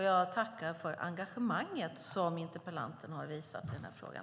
Jag tackar för engagemanget som interpellanten visar i den här frågan.